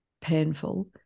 painful